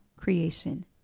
creation